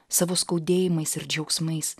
savo skaudėjimais ir džiaugsmais